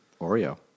Oreo